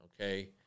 okay